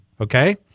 Okay